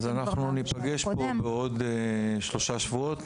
אז אנחנו ניפגש פה בעוד שלושה שבועות,